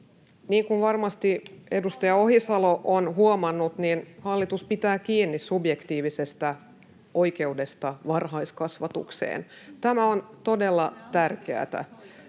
kuin varmasti edustaja Ohisalo on huomannut, hallitus pitää kiinni subjektiivisesta oikeudesta varhaiskasvatukseen. Tämä on todella tärkeätä.